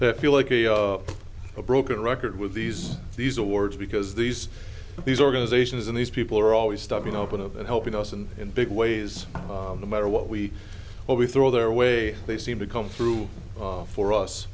they feel like a broken record with these these awards because these these organizations and these people are always stopping open up and helping us and in big ways the matter what we what we throw their way they seem to come through for